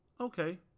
Okay